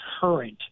current